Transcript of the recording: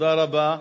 תודה רבה.